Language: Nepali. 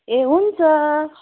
ए हुन्छ